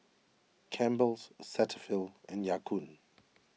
Campbell's Cetaphil and Ya Kun